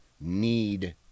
need